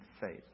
faith